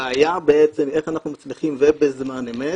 הבעיה היא איך אנחנו מצליחים ובזמן אמת